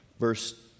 Verse